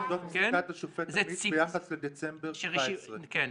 זו פסיקת השופט עמית ביחס לדצמבר 17'. כן.